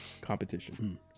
competition